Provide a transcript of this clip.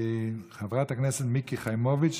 חברת הכנסת מיקי חיימוביץ',